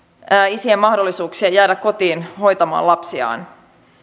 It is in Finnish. isien mahdollisuuksia jäädä kotiin hoitamaan lapsiaan